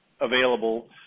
available